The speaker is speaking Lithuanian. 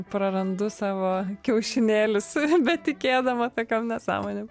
prarandu savo kiaušinėlius betikėdama tokiom nesąmonėm